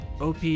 OP